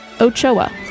Ochoa